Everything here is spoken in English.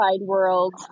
world